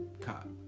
cop